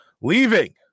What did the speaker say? leaving